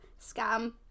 Scam